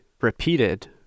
repeated